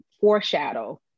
foreshadow